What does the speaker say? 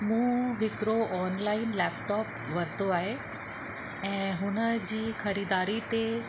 मूं हिकिड़ो online laptop वरितो आहे ऐं हुन जी ख़रीदारी ते